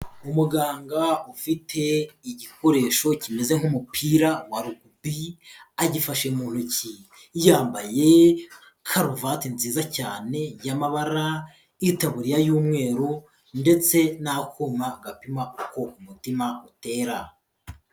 Umuganga ufite igikoresho kimeze nk'umupira wa Rugby agifashe mu ntoki, yambaye karuvati nziza cyane y'amabara, itaburiya y'umweru ndetse n'akuma gapima uko umutima utera.